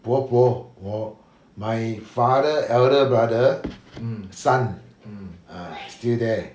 伯伯我 my father elder brother son err still there